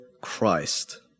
Christ